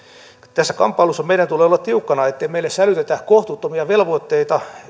tässä kamppailussa meidän tulee olla tiukkana ettei meille sälytetä kohtuuttomia velvoitteita